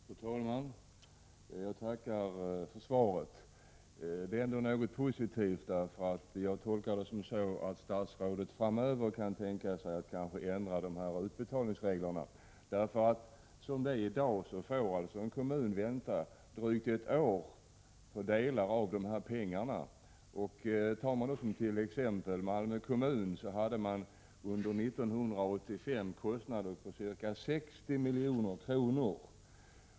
Fru talman! Jag tackar för svaret. Det är ändå något positivt i svaret. Jag tolkar det som så att statsrådet framöver kan tänka sig att ändra utbetalningsreglerna. Som det är i dag får alltså en kommun vänta drygt ett år på utbetalningen. I Malmö kommun t.ex. hade man under 1985 kostnader på ca 60 milj.kr.